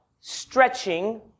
Stretching